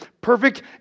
perfect